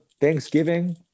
Thanksgiving